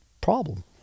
problem